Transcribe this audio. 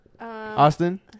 Austin